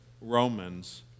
Romans